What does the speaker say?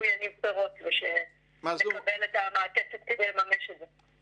יניב פירות ושנקבל את המעטפת כדי לממש את זה.